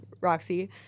Roxy